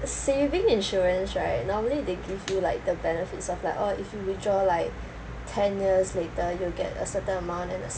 the saving insurance right normally they give you like the benefits of like oh if you withdraw like ten years later you'll get a certain amount and